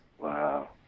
Wow